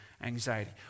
anxiety